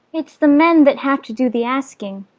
it's the men that have to do the asking.